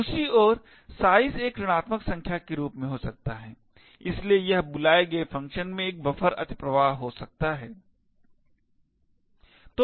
दूसरी ओर size एक ऋणात्मक संख्या के रूप में हो सकता है इसलिए यह बुलाये गए फ़ंक्शन में एक बफर अतिप्रवाह हो सकता है